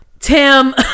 tim